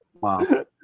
Wow